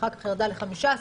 שאחר כך ירדה ל-15%,